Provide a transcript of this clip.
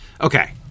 Okay